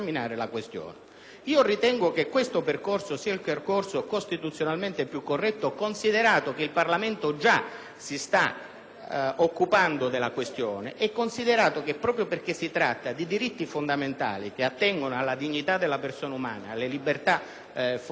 Ritengo che la seconda sia costituzionalmente la più corretta, considerato che il Parlamento già si sta occupando della questione e che, proprio perché si tratta di diritti fondamentali che attengono alla dignità della persona umana e alle sue libertà fondamentali,